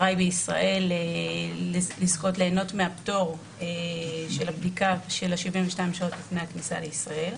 בישראל ליהנות מהפטור של בדיקה 72 שעות לפני הכניסה לישראל.